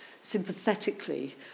sympathetically